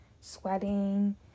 sweating